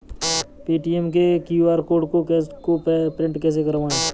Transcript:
Paytm के QR code को print कैसे करवाएँ?